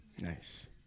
Nice